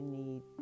need